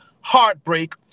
heartbreak